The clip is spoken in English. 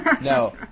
No